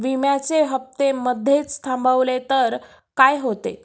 विम्याचे हफ्ते मधेच थांबवले तर काय होते?